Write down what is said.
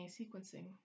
sequencing